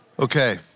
Okay